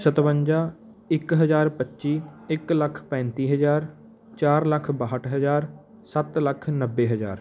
ਸਤਵੰਜਾ ਇੱਕ ਹਜ਼ਾਰ ਪੱਚੀ ਇੱਕ ਲੱਖ ਪੈਂਤੀ ਹਜ਼ਾਰ ਚਾਰ ਲੱਖ ਬਾਹਠ ਹਜ਼ਾਰ ਸੱਤ ਲੱਖ ਨੱਬੇ ਹਜ਼ਾਰ